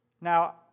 now